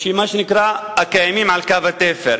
מה שנקרא הקיימים על קו התפר.